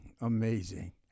amazing